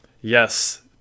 Yes